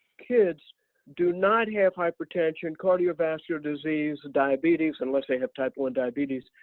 kids do not have hypertension, cardiovascular disease, diabetes, unless they have type one diabetes,